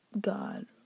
God